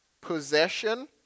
possession